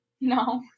No